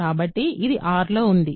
కాబట్టి ఇది R లో ఉంది